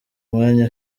umwanya